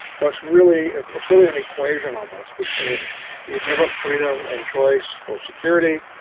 so it's really it's really an equation almost between do you give up freedom and choice for security,